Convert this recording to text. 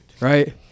right